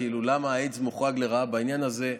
למה האיידס מוחרג לרעה בעניין הזה.